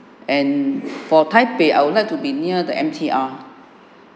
and for taipei I would like to be near the M_T_R